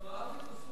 הוא גם אהב את הסוס.